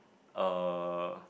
uh